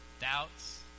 doubts